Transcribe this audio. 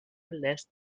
lässt